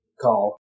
call